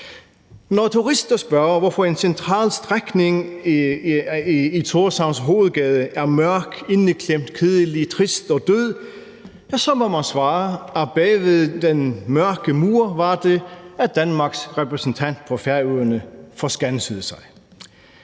Når turister spørger, hvorfor en central strækning af Thorshavns hovedgade er mørk, indeklemt, kedelig, trist og død, så må man svare, at bag ved den mørke mur var det, at Danmarks repræsentant på Færøerne forskansede sig.